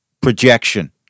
projection